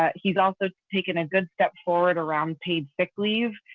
ah he's also taken a good step forward around paid sick leave.